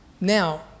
Now